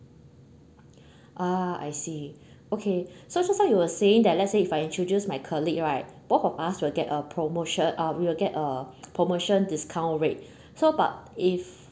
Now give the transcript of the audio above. ah I see okay so just now you were saying that let's say if I introduce my colleague right both of us will get a promotion uh we will get a promotion discount rate so but if